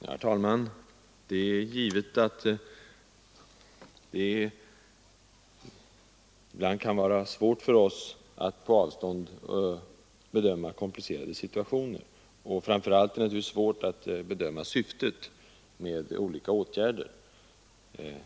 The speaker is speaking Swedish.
Herr talman! Det är givet att det ibland kan vara svårt för oss att på avstånd bedöma komplicerade situationer, och framför allt är det naturligtvis ofta svårt att vara säker på syftet med olika åtgärder.